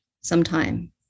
sometime